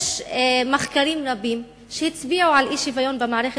יש מחקרים רבים שהצביעו על אי-שוויון במערכת